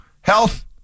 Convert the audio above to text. health